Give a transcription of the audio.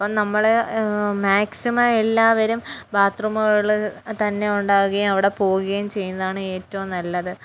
അപ്പം നമ്മൾ മാക്സിമം എല്ലാവരും ബാത്റൂമുകളിൽ തന്നെ ഉണ്ടാകുകയും അവിടെ പോകുകയും ചെയ്യുന്നതാണ് ഏറ്റവും നല്ലത്